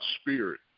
spirit